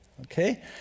okay